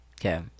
Okay